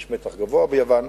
יש מתח גבוה ביוון.